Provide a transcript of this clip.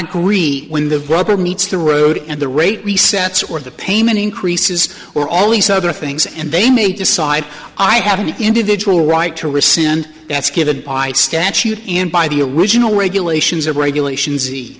agree when the rubber meets the road and the rate resets or the payment increases or all these other things and they may decide i have an individual right to rescind that's given by statute and by the original regulations of regulations e